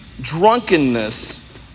drunkenness